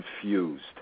confused